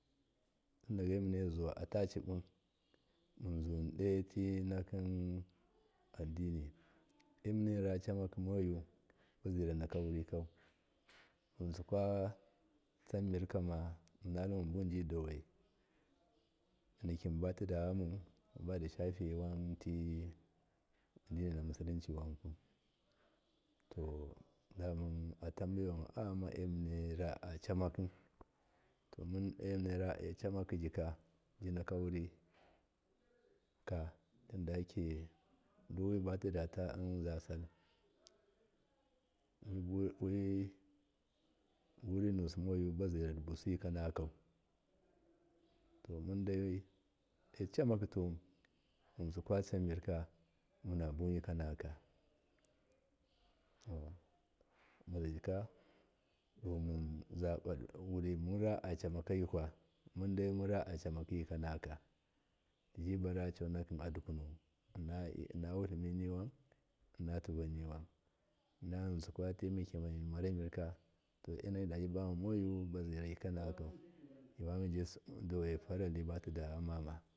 Dage munezuwa atacibu munzuwun doti nakin adini e muneracamaki muyi bazirana kawurikau yinsikwa cammir kama munallu munbuwun munbidawai munbidawa nikin bati dayamun wanti adini nmusulinci wankam to dama atanbewan ayamma emunne raacumaki to mun emuna eachamaki jika jinakawurika tindayake ka duwibatidata zasal wuburinusu mayi bazira dibusi yikanakakau mundai vocammaki tuwun yinsi kwacan mirka muhabu wun yikanakaka hamba zaijika mun zubawuri munra cammakayikwa mundai munra cammayi konakaka tijibar a conaki adukunuwun inna wutlinunwun inna tuvunnwun yinsi kwatai makema mimaramirka to enamidabibamamo bazira yikanakau mibama mibi dawai farali batida yamama.